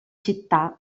città